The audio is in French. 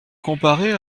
comparer